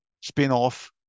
spin-off